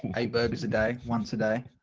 eight burgers a day, once a day.